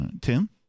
Tim